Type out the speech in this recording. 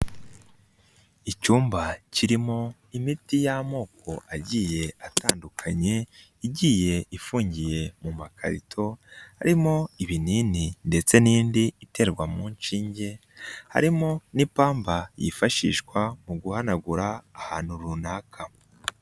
Icyumba kirimo imiti y'amoko agiye atandukanye, igiye ifungiye mu makarito, harimo ibinini ndetse n'indi iterwa mu nshinge, harimo n'ipamba yifashishwa mu guhanagura ahantu runaka.